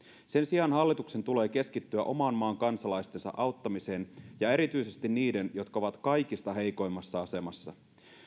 sen sijaan hallituksen tulee keskittyä oman maan kansalaistensa auttamiseen ja erityisesti niiden jotka ovat kaikista heikoimmassa asemassa